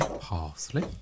parsley